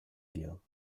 view